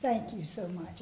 thank you so much